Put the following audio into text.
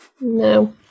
No